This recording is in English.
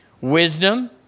Wisdom